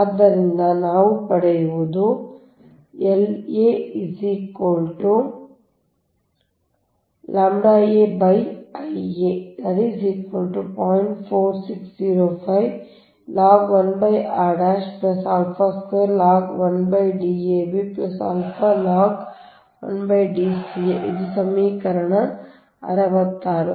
ಆದ್ದರಿಂದ ನಾವು ಪಡೆಯುವುದು ಇದು ಸಮೀಕರಣವಾಗಿದೆ 66